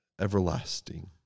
everlasting